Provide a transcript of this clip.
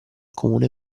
comune